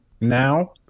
now